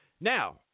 now